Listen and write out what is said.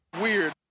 Weird